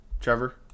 Trevor